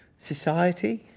society?